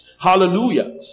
Hallelujah